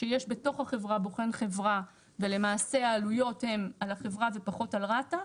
שיש בתוך החברה בוחן חברה ולמעשה העלויות הן על החברה ופחות על רת"א.